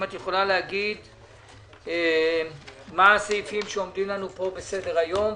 אם תוכלי לומר מה הסעיפים שעומדים פה בסדר-היום,